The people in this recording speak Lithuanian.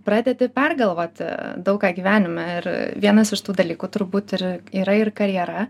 pradedi pergalvoti daug ką gyvenime ir vienas iš tų dalykų turbūt ir yra ir karjera